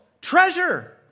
treasure